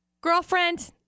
girlfriend